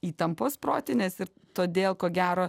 įtampos protinės ir todėl ko gero